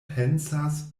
pensas